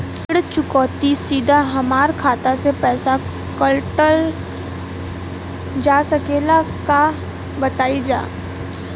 ऋण चुकौती सीधा हमार खाता से पैसा कटल जा सकेला का बताई जा?